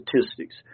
statistics